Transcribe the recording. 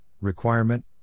requirement